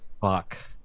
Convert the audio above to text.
Fuck